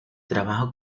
trabajó